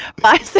but